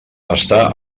està